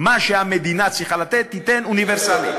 מה שהמדינה צריכה לתת, שתיתן אוניברסלי.